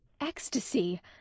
Ecstasy